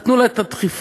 נתנו לה את הדחיפה,